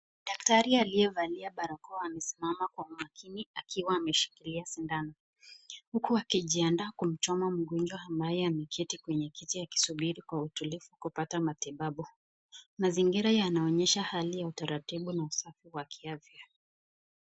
Daktari aliyevalia barakoa amesimama kwa makini akiwa akishikilia sindano. Huku akijiandaa kumchoma mgonjwa ambaye ameketi kwenye kiti akisubiri kwa utulivu kupata matibabu. Mazingira yanaonyesha hali ya utaratibu na usafi wa kiafya.